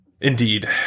Indeed